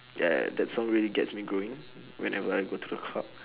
ya that song really gets me going whenever I go to the club